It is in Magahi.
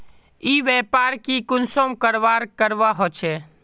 ई व्यापार की कुंसम करवार करवा होचे?